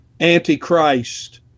antichrist